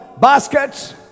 baskets